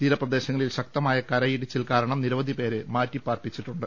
തീരപ്രദേശങ്ങളിൽ ശകതമായ കരയിടിച്ചിൽ കാരണം നിരവധി പേരെ മാറ്റിപ്പാർപ്പിച്ചിട്ടുണ്ട്